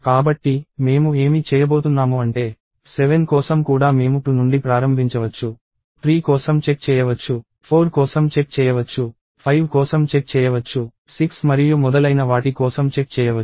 కాబట్టి మేము ఏమి చేయబోతున్నాము అంటే 7 కోసం కూడా మేము 2 నుండి ప్రారంభించవచ్చు 3 కోసం చెక్ చేయవచ్చు 4 కోసం చెక్ చేయవచ్చు 5 కోసం చెక్ చేయవచ్చు 6 మరియు మొదలైన వాటి కోసం చెక్ చేయవచ్చు